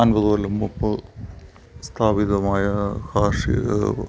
അൻപത് കൊല്ലം മുമ്പ് സ്ഥാപിതമായ കാർഷിക